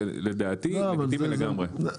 זה לדעתי לגיטימי לגמרי.